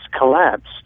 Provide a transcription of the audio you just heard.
collapsed